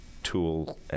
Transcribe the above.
tool